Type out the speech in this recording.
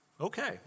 Okay